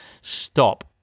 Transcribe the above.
stop